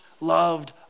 loved